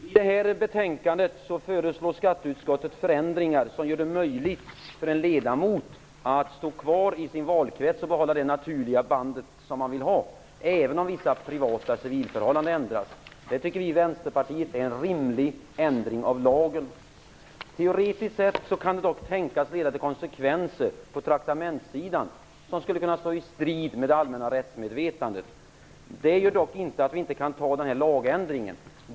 Herr talman! I detta betänkande föreslår skatteutskottet förändringar som gör det möjligt för en ledamot att stå kvar i sin valkrets och behålla det naturliga bandet även om vissa privata förhållanden ändras. Vi i Vänsterpartiet tycker att det är en rimlig ändring av lagen. I teorin kan detta tänkas leda till konsekvenser på traktamentssidan som skulle kunna stå i strid med det allmänna rättsmedvetandet. Det gör dock inte att vi inte kan göra denna lagändring.